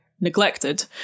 neglected